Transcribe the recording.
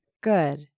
Good